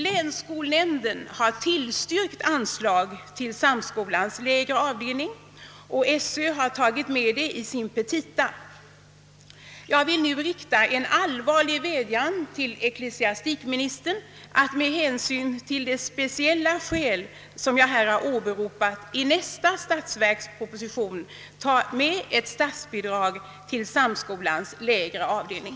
Länsskolnämnden har tillstyrkt anslag till samskolans lägre avdelning, och skolöverstyrelsen har tagit med det i sina petita. Jag vill nu rikta en allvarlig vädjan till ecklesiastikministern att, med hänsyn till de speciella skäl som jag här åberopat, i nästa statsverksproposition låta ingå ett statsbidrag till samskolans lägre avdelning.